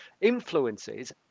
influences